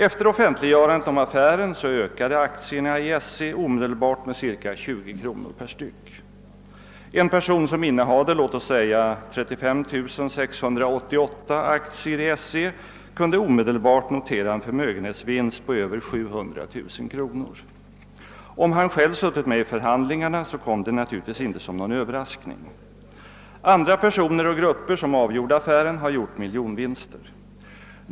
Efter offentliggörandet om affären ökade aktierna i SC omedelbart med cirka 20 kronor per styck. En person som innehade låt oss säga 35 688 aktier i SC kunde omedelbart notera en förmögenhetsvinst på över 700 000 kronor. Om han själv suttit med i förhandlingarna, kom detta naturligtvis inte som någon överraskning. Andra personer och grupper som avgjorde affären har erhållit miljonvinster.